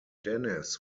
dennis